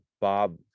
Bob